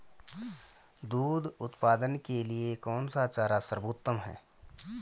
दूध उत्पादन के लिए कौन सा चारा सर्वोत्तम है?